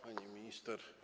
Pani Minister!